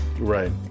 right